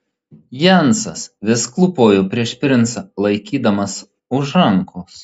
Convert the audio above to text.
jensas vis klūpojo prieš princą laikydamas už rankos